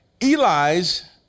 Eli's